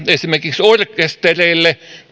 esimerkiksi orkestereille